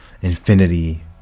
infinity